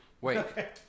Wait